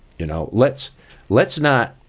you know. let's let's not